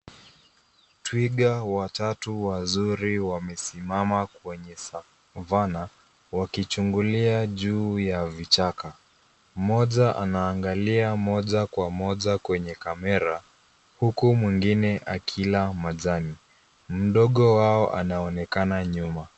Twiga watatu wazuri wamesimama kwenye Savannah, wakichungulia juu ya vichaka. Mmoja anaangalia moja kwa moja kwenye kamera, huku mwingine akila majani. Mdogo wao anaonekana nyuma.